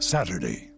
Saturday